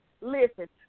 listen